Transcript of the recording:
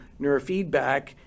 neurofeedback